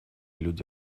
люди